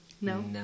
No